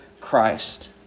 Christ